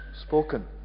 spoken